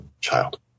child